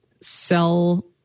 sell